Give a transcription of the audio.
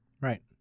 Right